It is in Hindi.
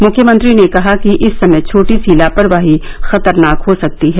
मुख्यमंत्री ने कहा कि इस समय छोटी सी लापरवाही खतरनाक हो सकती है